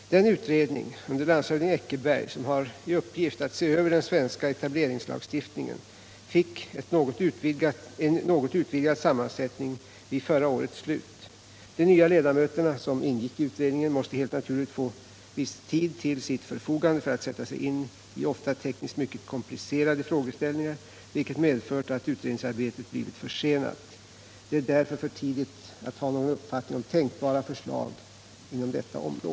Den utredning under landshövding Eckerberg som har i uppgift att se över den svenska etableringslagstiftningen fick en något utvidgad sammansättning vid förra årets slut. De nya ledamöter som ingick i utredningen måste helt naturligt få viss tid till sitt förfogande för att sätta sig in i ofta tekniskt mycket komplicerade frågeställningar, vilket medfört att utredningsarbetet blivit försenat. Det är därför för tidigt att ha någon uppfattning om tänkbara förslag inom detta område.